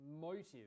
motive